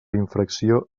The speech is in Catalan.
infracció